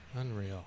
Unreal